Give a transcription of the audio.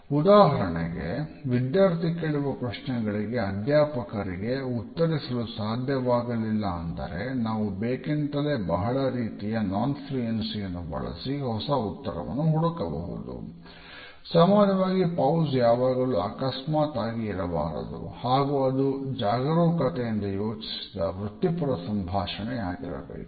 ಉದಾಹರಣೆಗೆ ವಿದ್ಯಾರ್ಥಿ ಕೇಳುವ ಪ್ರಶ್ನೆಗಳಿಗೆ ಅಧ್ಯಾಪಕರಿಗೆ ಸಾಧ್ಯವಾಗಲಿಲ್ಲ ಅಂದರೆ ನಾವು ಬೇಕೆಂತಲೇ ಬಹಳ ರೀತಿಯ ನಾನ್ ಫ್ಲ್ಯೂಎನ್ಸೀ ಯಾವಾಗಲು ಅಕಸ್ಮಾತ್ ಆಗಿ ಇರಬಾರದು ಹಾಗು ಅದು ಜಾಗರೂಕತೆಯಿಂದ ಯೋಚಿಸಿದ ವೃತ್ತಿಪರ ಸಂಭಾಷಣೆಯಾಗಿರಬೇಕು